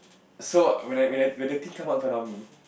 so when I when I when the thing come out in front of me